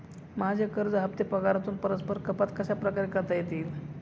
माझे कर्ज हफ्ते पगारातून परस्पर कपात कशाप्रकारे करता येतील?